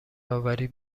اوری